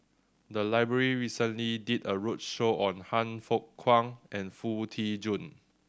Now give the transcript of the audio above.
the library recently did a roadshow on Han Fook Kwang and Foo Tee Jun